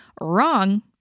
wrong